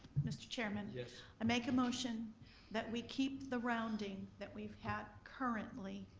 mr. chairman. yes. i make a motion that we keep the rounding that we've had currently,